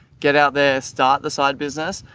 get out there, start the side business.